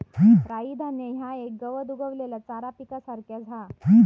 राई धान्य ह्या एक गवत उगवलेल्या चारा पिकासारख्याच हा